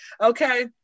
okay